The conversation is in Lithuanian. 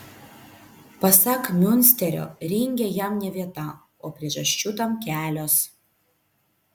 pasak miunsterio ringe jam ne vieta o priežasčių tam kelios